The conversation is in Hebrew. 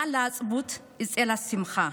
מה לעצבות אצל השמחה?